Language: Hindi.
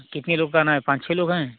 कितने लोग का कराना है पाँच छः लोग हैं